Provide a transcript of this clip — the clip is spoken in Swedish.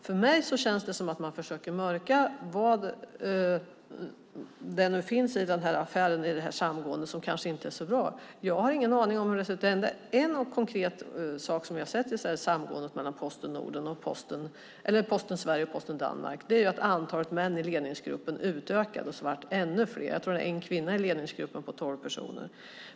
För mig känns det som att man försöker mörka vad det nu finns i den här affären och i det här samgåendet som kanske inte är så bra. Jag har ingen aning om hur det ser ut. En konkret sak som jag har sett i samgåendet mellan Posten Sverige och Post Danmark är att antalet män i ledningsgruppen utökades. Det blev ännu fler. Jag tror att det är en kvinna i ledningsgruppen på tolv personer.